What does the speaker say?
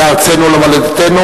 לארצנו ולמולדתנו,